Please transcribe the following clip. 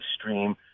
stream